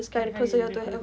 the higher the god